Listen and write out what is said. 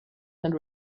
and